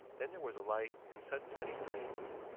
then there was a light and sudden tiny flames.